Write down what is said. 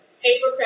paper